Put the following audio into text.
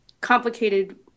complicated